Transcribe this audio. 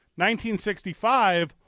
1965